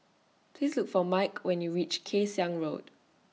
Please Look For Mike when YOU REACH Kay Siang Road